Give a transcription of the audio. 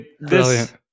Brilliant